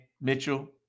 Mitchell